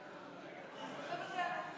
מוותרת.